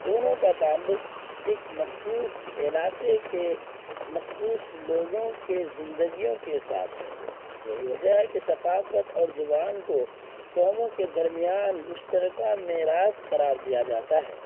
دونوں کا تعلق ایک مخصوص علاقے کے مخصوص لوگوں کے زندگیوں کے ساتھ ہے یہی وجہ ہے کہ ثقافت اور زبان کو قوموں کے درمیان مشترکہ میراث قرار دیا جاتا ہے